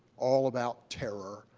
all about terror,